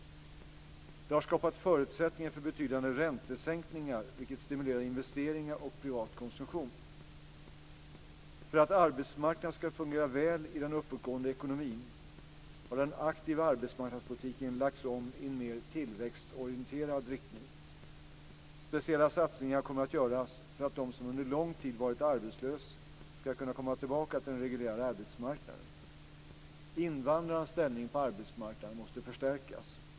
Det har skapat förutsättningar för betydande räntesänkningar vilket stimulerar investeringar och privat konsumtion. För att arbetsmarknaden ska fungera väl i den uppåtgående ekonomin har den aktiva arbetsmarknadspolitiken lagts om i en mer tillväxtorienterad riktning. Speciella satsningar kommer att göras för att de som under lång tid varit arbetslösa ska komma tillbaks till den reguljära arbetsmarknaden. Invandrarnas ställning på arbetsmarknaden måste förstärkas.